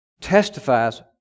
testifies